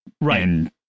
Right